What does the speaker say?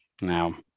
Now